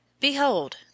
Behold